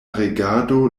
regado